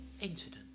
incident